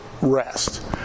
rest